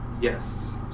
yes